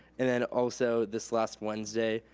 and then also, this last wednesday,